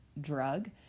drug